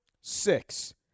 six